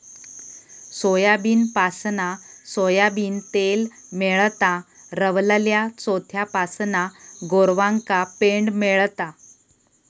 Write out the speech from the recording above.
सोयाबीनपासना सोयाबीन तेल मेळता, रवलल्या चोथ्यापासना गोरवांका पेंड मेळता